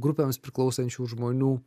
grupėms priklausančių žmonių